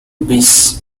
beach